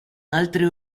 altre